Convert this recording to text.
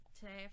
Today